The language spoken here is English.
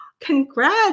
congrats